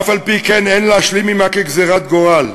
ואף-על-פי-כן, אין להשלים עמה כגזירת גורל.